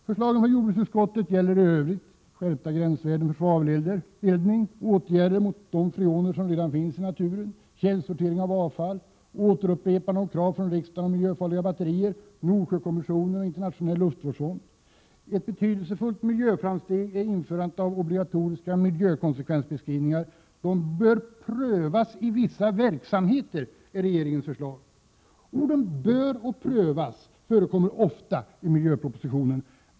Förslagen från jordbruksutskottet gäller i övrigt skärpta svavelgränsvärden för eldning, åtgärder mot de freoner som redan finns i naturen, källsortering av avfall, upprepande av krav från riksdagen om miljöfarliga batterier, Nordsjökommissionen och den internationella luftvårdsfonden. Ett betydelsefullt miljöframsteg är införande av obligatoriska miljökonsekvensbeskrivningar. Att de bör prövas i vissa verksamheter är regeringens förslag. Orden ”bör” och ”prövas” förekommer ofta i miljöpropositionen.